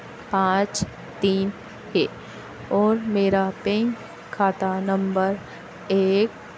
पाँच तीन है और मेरा पैन खाता नम्बर एक